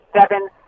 seven